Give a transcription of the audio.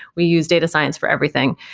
we use data science for everything.